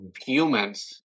humans